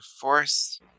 force